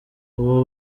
ubu